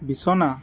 বিছনা